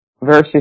verses